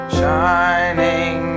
shining